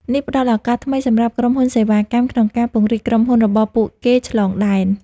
នេះផ្តល់ឱកាសថ្មី សម្រាប់ក្រុមហ៊ុនសេវាកម្មក្នុងការពង្រីកក្រុមហ៊ុនរបស់ពួកគេឆ្លងដែន។